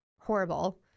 horrible